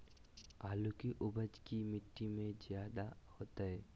आलु की उपज की मिट्टी में जायदा होती है?